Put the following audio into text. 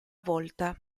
volta